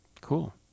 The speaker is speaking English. Cool